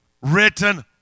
written